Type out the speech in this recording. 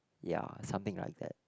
ya something like that